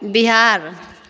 Bihar